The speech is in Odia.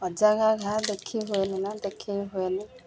ଅଜାଗା ଘା ଦେଖି ହୁଏ ନା ଦେଖେଇ ହୁଏ